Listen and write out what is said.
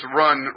run